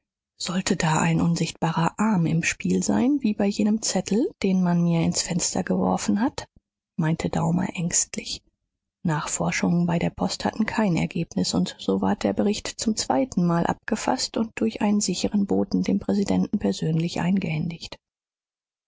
sollte da ein unsichtbarer arm im spiel sein wie bei jenem zettel den man mir ins fenster geworfen hat meinte daumer ängstlich nachforschungen bei der post hatten kein ergebnis und so ward der bericht zum zweitenmal abgefaßt und durch einen sicheren boten dem präsidenten persönlich eingehändigt